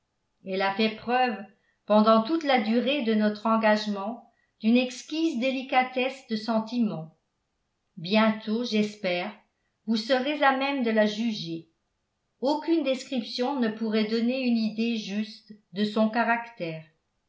elle a fait preuve pendant toute la durée de notre engagement d'une exquise délicatesse de sentiments bientôt j'espère vous serez à même de la juger aucune description ne pourrait donner une idée juste de son caractère